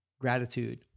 Gratitude